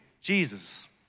Jesus